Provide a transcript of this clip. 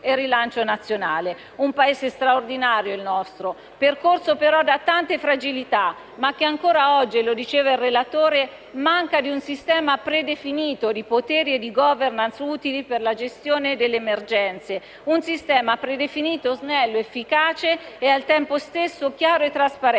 un Paese straordinario, percorso però da tante fragilità, ma che ancora oggi, come ha detto il relatore, manca di un sistema predefinito di poteri e di *governance* utile per la gestione delle emergenze, un sistema predefinito, snello efficace e al tempo stesso chiaro e trasparente.